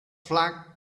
flac